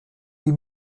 die